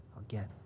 again